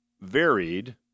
varied